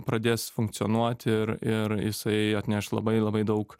pradės funkcionuoti ir ir jisai atneš labai labai daug